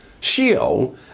Sheol